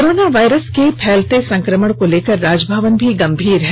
corona virus के फैलते संकमण को लेकर राजभवन भी गंभीर है